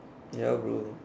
ya bro